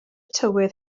tywydd